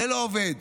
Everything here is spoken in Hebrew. זה לא עובד.